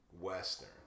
Western